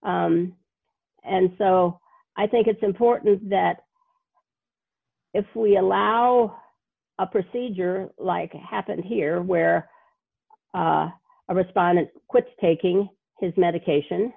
and so i think it's important that if we allow a procedure like it happened here where a respondent quits taking his medication